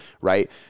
right